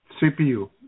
CPU